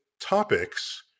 topics